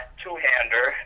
two-hander